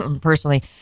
personally